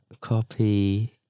Copy